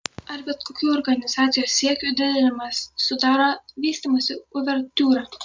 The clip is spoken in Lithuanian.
ar bet kokių organizacijos siekių didinimas sudaro vystymosi uvertiūrą